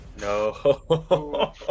no